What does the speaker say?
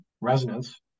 resonance